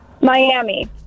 Miami